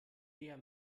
der